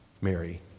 Mary